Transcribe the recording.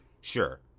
sure